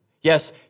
Yes